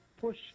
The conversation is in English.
push